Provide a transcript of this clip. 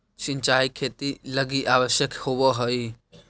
सिंचाई खेती लगी आवश्यक होवऽ हइ